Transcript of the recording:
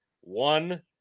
one